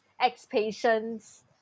ex-patient's